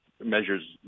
measures